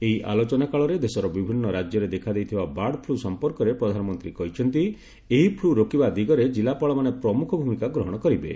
ଏହି ଆଲୋଚନାକାଳରେ ଦେଶର ବିଭିନ୍ନ ରାଜ୍ୟରେ ଦେଖାଦେଇଥିବା ବାର୍ଡଫ୍ଲ ସଫପର୍କରେ ପ୍ରଧାନମନ୍ତ୍ରୀ କହିଛନ୍ତି ଏହି ଫୁ ରୋକିବା ଦିଗରେ ଜିଲ୍ଲାପାଳମାନେ ପ୍ରମୁଖ ଭୂମିକା ଗ୍ରହଣ କରିବେ